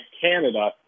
Canada